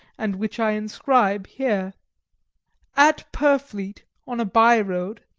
and which i inscribe here at purfleet, on a by-road,